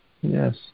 Yes